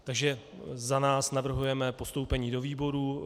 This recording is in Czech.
Takže za nás navrhujeme postoupení do výborů.